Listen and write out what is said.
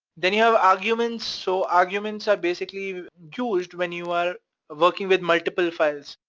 then you have arguments, so arguments are basically used when you are working with multiple files.